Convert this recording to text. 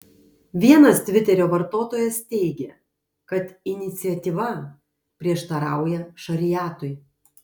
vienas tviterio vartotojas teigė kad iniciatyva prieštarauja šariatui